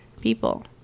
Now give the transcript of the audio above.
people